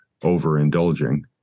overindulging